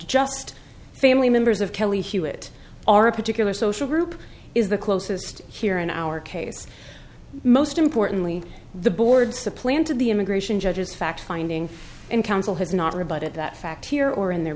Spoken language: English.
to just family members of kelly hewitt are a particular social group is the closest here in our case most importantly the board supplanted the immigration judges fact finding and counsel has not rebutted that fact here or in their